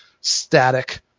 static